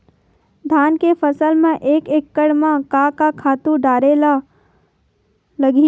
धान के फसल म एक एकड़ म का का खातु डारेल लगही?